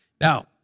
Now